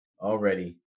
already